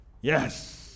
Yes